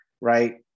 right